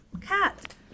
Cat